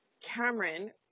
Cameron